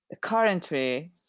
Currently